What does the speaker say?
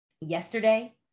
yesterday